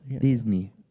Disney